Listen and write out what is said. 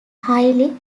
highly